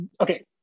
okay